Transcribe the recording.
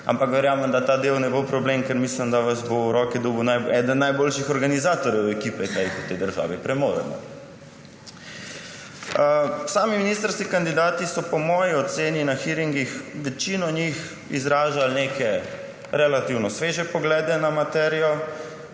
Verjamem, da ta del ne bo problem, ker mislim, da vas bo v roke dobil eden najboljših organizatorjev ekipe, kar jih v tej državi premoremo. Sami ministrski kandidati so po moji oceni na hearingih, večino njih, izražali neke relativno sveže poglede na materijo.